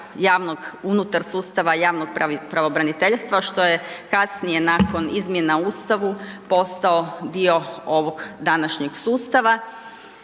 unutar sustava javnog pravobraniteljstva što je kasnije nakon izmjena u Ustavu postao dio ovog današnjeg sustava.